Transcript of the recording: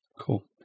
Cool